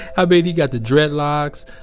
i mean, he got the dreadlocks.